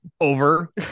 over